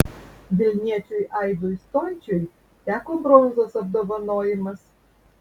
vilniečiui aidui stončiui teko bronzos apdovanojimas